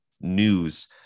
news